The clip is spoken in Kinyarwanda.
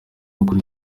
ukuri